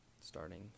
starting